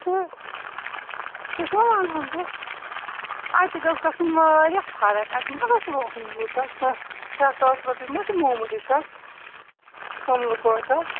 کیٛاہ چھُس نا وَنان بہٕ اَتہِ گژھ گَژھُن واریاہ فرَکھ اَتہِ ما گوٚژھو آسُن یوٗتاہ ترٛےٚ ترٛےٚ ساس رۄپیہِ ما چھِ موموٗلی کَتھ توٚملہٕ کۅینٛٹل